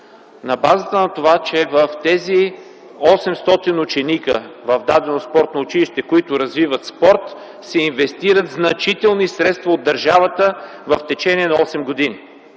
на базата на това, че в тези 800 ученика, които развиват спорт, се инвестират значителни средства от държавата в течение на осем години.